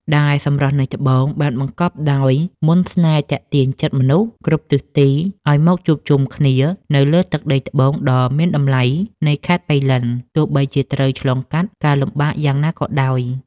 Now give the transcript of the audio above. ដែលសម្រស់នៃត្បូងបានបង្កប់ដោយមន្តស្នេហ៍ទាក់ទាញចិត្តមនុស្សគ្រប់ទិសទីឱ្យមកជួបជុំគ្នានៅលើទឹកដីត្បូងដ៏មានតម្លៃនៃខេត្តប៉ៃលិន ទោះបីជាត្រូវឆ្លងកាត់ការលំបាកយ៉ាងណាក៏ដោយ។